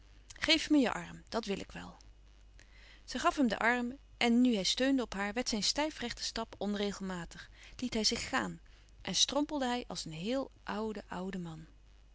geef me je arm dat wil ik wel zij gaf hem den arm en nu hij steunde op haar werd zijn stijfrechte stap onregelmatig liet hij zich gaan en strompelde hij als een heel oude oude man